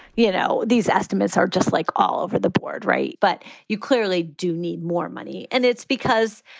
you know, these estimates are just like all over the board. right. but you clearly do need more money. and it's because,